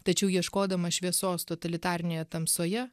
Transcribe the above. tačiau ieškodamas šviesos totalitarinėje tamsoje